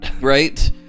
Right